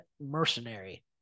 mercenary